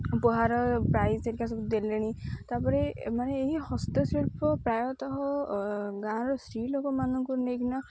ଉପହାର ପ୍ରାଇଜ୍ ହେରିକା ସବୁ ଦେଲେଣି ତା'ପରେ ମାନେ ଏହି ହସ୍ତଶିଳ୍ପ ପ୍ରାୟତଃ ଗାଁର ସ୍ତ୍ରୀଲୋକମାନଙ୍କୁ ନେଇକିନା